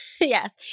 Yes